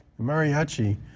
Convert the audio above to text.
Mariachi